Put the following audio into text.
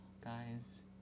guys